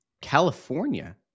California